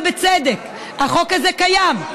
ובצדק: החוק הזה קיים.